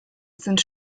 sind